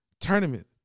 tournament